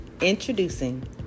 Introducing